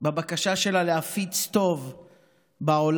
בבקשה שלה להפיץ טוב בעולם.